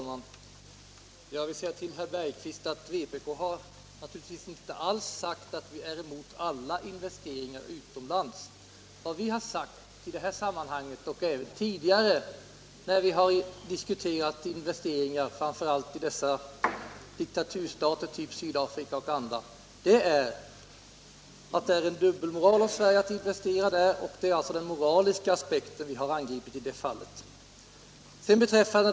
Herr talman! Jag vill framhålla för herr Holger Bergqvist i Göteborg att vpk naturligtvis inte sagt att vi är emot alla investeringar utomlands. Vad vi sagt i detta sammanhang och även tidigare när vi diskuterat investeringar framför allt i diktaturstater av typen Sydafrika är att det är en dubbelmoral att investera där. Det är alltså den moraliska aspekten som vi i det fallet har angripit.